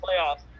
playoffs